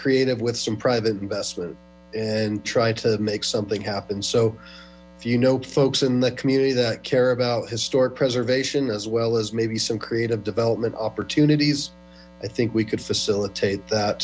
creative with some private investment and try to make something happen so you know folks in the community that care about historic preservation as well as maybe some creative development opportunities i think we could facilitate that